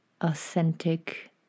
authentic